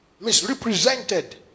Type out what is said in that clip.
misrepresented